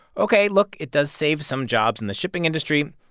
ok, look, it does save some jobs in the shipping industry,